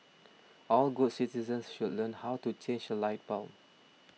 all good citizens should learn how to change a light bulb